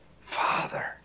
Father